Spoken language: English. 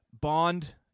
Bond